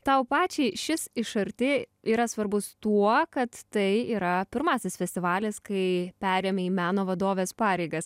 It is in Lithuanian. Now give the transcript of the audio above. tau pačiai šis iš arti yra svarbus tuo kad tai yra pirmasis festivalis kai perėmei meno vadovės pareigas